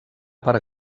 per